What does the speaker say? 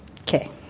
Okay